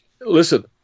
Listen